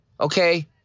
okay